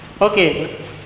Okay